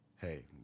Hey